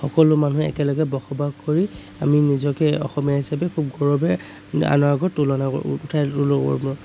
সকলো মানুহে একেলগে বসবাস কৰি আমি নিজকে অসমীয়া হিচাপে খুব গৌৰৱেৰে আনৰ আগত তুলনা কৰোঁ